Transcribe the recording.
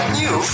new